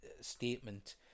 statement